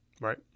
Right